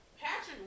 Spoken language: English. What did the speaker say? Patrick